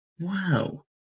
Wow